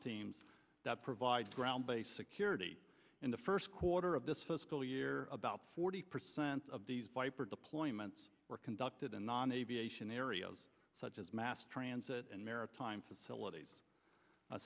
teams that provide ground based security in the first quarter of this fiscal year about forty percent of these viper deployments were conducted in non aviation areas such as mass transit and maritime facilities